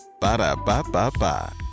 Ba-da-ba-ba-ba